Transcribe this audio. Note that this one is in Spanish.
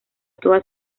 toda